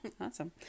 Awesome